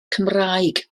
cymraeg